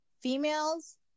females